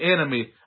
enemy